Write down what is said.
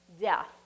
death